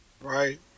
right